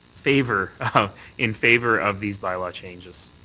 favour of in favour of these bylaw changes?